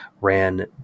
ran